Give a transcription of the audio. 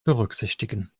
berücksichtigen